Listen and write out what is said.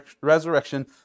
resurrection